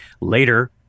later